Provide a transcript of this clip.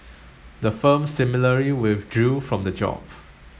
the firm similarly withdrew from the job